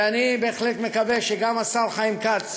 ואני בהחלט מקווה שגם השר חיים כץ,